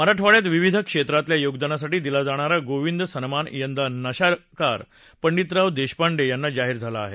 मराठवाङ्यात विविध क्षेत्रातल्या योगदानासाठी दिला जाणारा गोविंद सन्मान यंदा नकाशाकार पंडितराव देशपांडे यांना जाहीर झाला आहे